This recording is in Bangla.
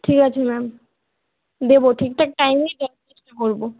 ঠিক আছে ম্যাম দেবো ঠিকঠাক টাইমেই দেওয়ার চেষ্টা করবো